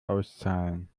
auszahlen